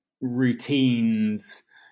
routines